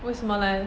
为什么 leh